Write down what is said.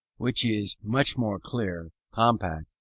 which is much more clear, compact,